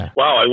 wow